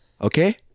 Okay